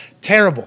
terrible